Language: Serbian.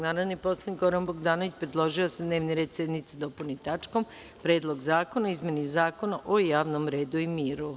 Narodni poslanik Goran Bogdanović predložio je da se dnevni red sednice dopuni tačkom – Predlog zakona o izmeni Zakona o javnom redu i miru.